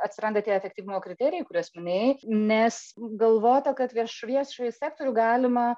atsiranda tie efektyvumo kriterijai kuriuos minėjai nes galvota kad vieš viešąjį sektorių galima